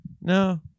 No